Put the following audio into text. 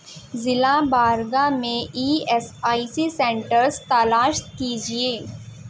ضلع بارگا میں E S I C centres تلاش کیجیے